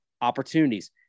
opportunities